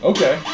Okay